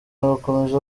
bakomeze